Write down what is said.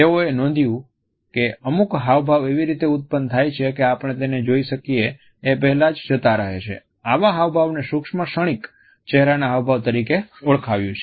તેઓએ નોંધ્યું છે કે અમુક હાવભાવ એવી રીતે ઉત્પન્ન થાય છે કે આપણે તેને જોઈ શકીએ એ પહેલા જ જતા રહે છે આવા હાવભાવને સૂક્ષ્મ ક્ષણિક ચહેરાના હાવભાવ તરીકે ઓળખાવ્યું છે